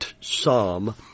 Psalm